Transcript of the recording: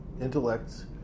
intellects